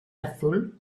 azul